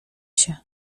się